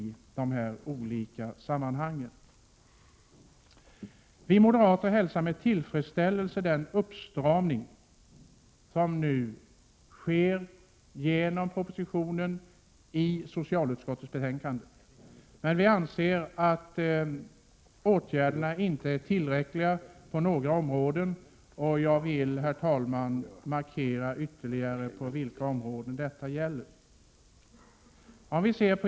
Vi moderater hälsar med tillfredsställelse även den uppstramning som kommer till uttryck i propositionen och i socialutskottets betänkande. Men vi anser att åtgärderna på några områden inte är tillräckliga, och jag vill, herr talman, tala om vilka områden det gäller.